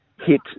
hit